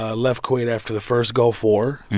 ah left kuwait after the first gulf war.